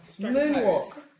Moonwalk